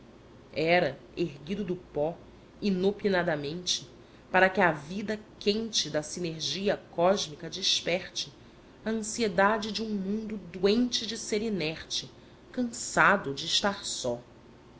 era erguido do pó inopinadamente para que à vida quente da sinergia cósmica desperte a ansiedade de um mundo doente de ser inerte cansado de estar só